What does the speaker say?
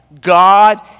God